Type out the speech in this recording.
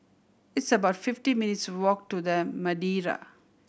it's about fifty minutes' walk to The Madeira